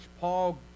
Paul